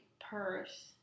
purse